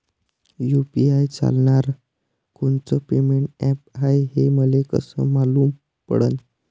UPI चालणारं कोनचं payment app हाय, हे मले कस मालूम पडन?